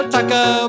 Taco